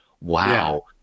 wow